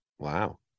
Wow